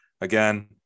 again